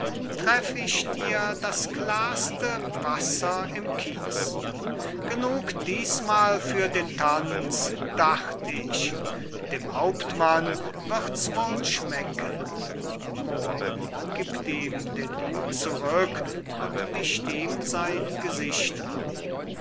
treff ich dir das klarste wasser im kies genug dießmal für den tanz dacht ich dem hauptmann wirds wohl schmecken moor gibt ihm den hut zurück und wischt ihm sein gesicht